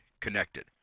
connected